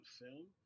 film